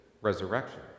resurrection